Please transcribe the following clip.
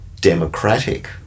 democratic